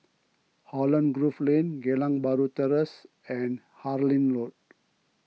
Holland Grove Lane Geylang Bahru Terrace and Harlyn Road